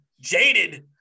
jaded